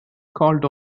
called